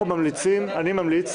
ממליץ